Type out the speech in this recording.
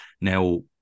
now